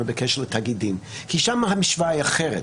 בקשר לתאגידים כי שם המשוואה היא אחרת.